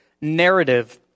narrative